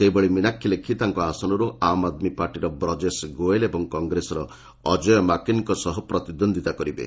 ସେହିଭଳି ମିନାକ୍ଷୀ ଲେଖି ତାଙ୍କ ଆସନରୁ ଆମ୍ ଆଦ୍ମୀ ପାର୍ଟିର ବ୍ରଜେଶ ଗୋଏଲ୍ ଏବଂ କଂଗ୍ରେସର ଅଜୟ ମାକେନଙ୍କ ସହ ପ୍ରତିଦ୍ୱନ୍ଦ୍ୱିତା କରିବେ